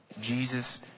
Jesus